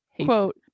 quote